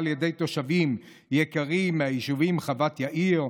על ידי תושבים יקרים מהיישובים חוות יאיר,